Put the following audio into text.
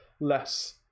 less